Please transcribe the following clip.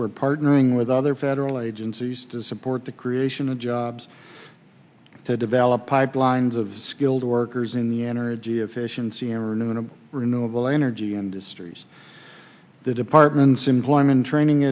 we're partnering with other federal agencies to support the creation of jobs to develop pipelines of skilled workers in the energy efficiency and renewable renewable energy industries the department's employment training